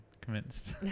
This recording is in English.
Convinced